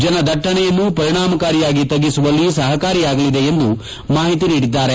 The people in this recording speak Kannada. ಜನ ದಟ್ಟಣೆಯನ್ನು ಪರಿಣಾಮಕಾರಿಯಾಗಿ ತಗ್ಗಿಸುವಲ್ಲಿ ಸಹಕಾರಿಯಾಗಲಿದೆ ಎಂದು ಮಾಹಿತಿ ನೀಡಿದ್ದಾರೆ